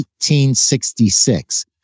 1866